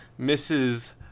Mrs